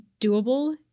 doable